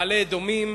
מעלה-אדומים,